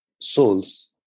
souls